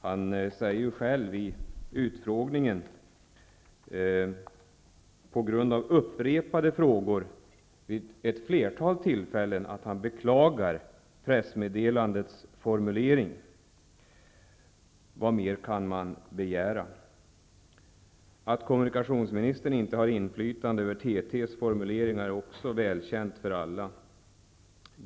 Han säger själv vid utfrågningen att han på grund av upprepade frågor vid ett flertal tillfällen beklagar pressmeddelandets formulering. Vad mer kan begäras? Att kommunikationsministern inte har inflytande över TT:s formuleringar är också väl känt för alla.